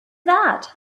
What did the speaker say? that